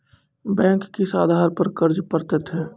Bank किस आधार पर कर्ज पड़तैत हैं?